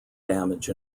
damage